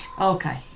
Okay